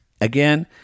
Again